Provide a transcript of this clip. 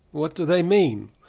what do they mean?